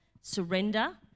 surrender